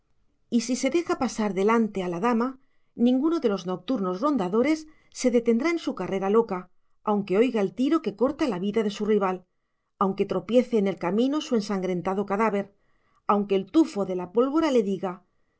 y si se deja pasar delante a la dama ninguno de los nocturnos rondadores se detendrá en su carrera loca aunque oiga el tiro que corta la vida de su rival aunque tropiece en el camino su ensangrentado cadáver aunque el tufo de la pólvora le diga